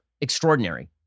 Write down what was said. extraordinary